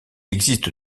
existe